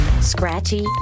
scratchy